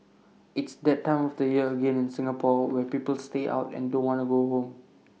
it's that time of the year again in Singapore where people stay out and don't wanna go home